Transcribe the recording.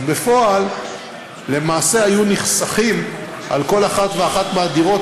בפועל למעשה היו נחסכים על כל אחת ואחת מהדירות